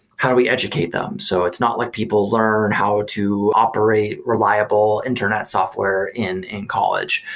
how do we educate them? so it's not like people learn how to operate reliable internet software in in college.